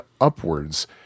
upwards